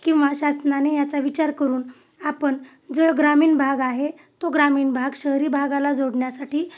किंवा शासनाने याचा विचार करून आपण जो ग्रामीण भाग आहे तो ग्रामीण भाग शहरी भागाला जोडण्यासाठी